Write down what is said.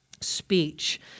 speech